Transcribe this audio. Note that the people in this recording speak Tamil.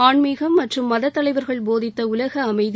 ஆன்மீகம் மற்றும் மதத்தலைவர்கள் போதித்த உலக அமைதி